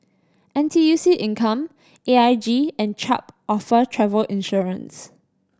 N T U C Income A I G and Chubb offer travel insurance